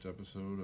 episode